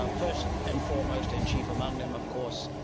um first and foremost and chief among them, of course,